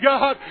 God